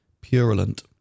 purulent